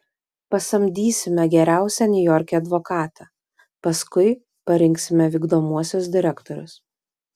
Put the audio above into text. pasamdysime geriausią niujorke advokatą paskui parinksime vykdomuosius direktorius